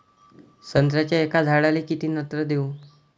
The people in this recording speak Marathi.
संत्र्याच्या एका झाडाले किती नत्र देऊ?